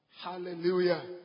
Hallelujah